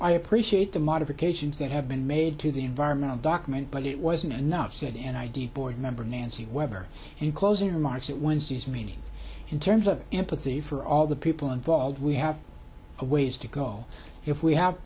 i appreciate the modifications that have been made to the environmental document but it wasn't enough said and i did board member nancy whether in closing remarks that wednesday's meaning in terms of empathy for all the people involved we have a ways to go if we have